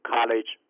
College